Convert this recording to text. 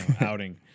outing